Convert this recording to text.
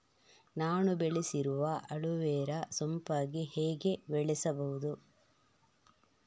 ನಾನು ಬೆಳೆಸಿರುವ ಅಲೋವೆರಾ ಸೋಂಪಾಗಿ ಹೇಗೆ ಬೆಳೆಸಬಹುದು?